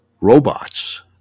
robots